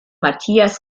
matthias